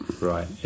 Right